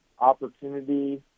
opportunity